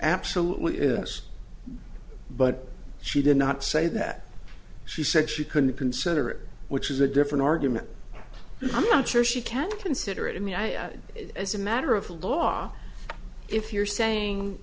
absolutely is yes but she did not say that she said she couldn't consent or which is a different argument i'm not sure she can consider it i mean i as a matter of law if you're saying